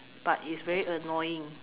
but it's very annoying